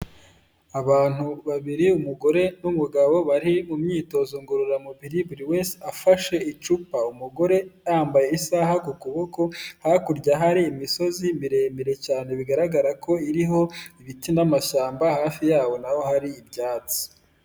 Abantu babiri umugore n'umugabo bari mu myitozo ngororamubiri buri wese afashe icupa, umugore yambaye isaha ku kuboko, hakurya hari imisozi miremire cyane bigaragara ko iriho ibiti n'amashyamba hafi yabo naho hari ibyatsi.